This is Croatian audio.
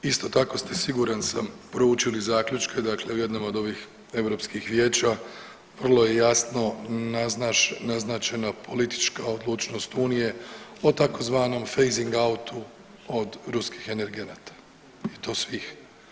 Isto tako ste siguran sam proučili zaključke, dakle u jednom od ovih europskih vijeća vrlo je jasno naznačena politička odlučnost Unije o tzv. fasing-outu od ruskih energenata i to svih.